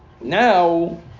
now